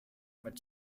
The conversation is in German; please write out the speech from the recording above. mit